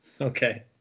Okay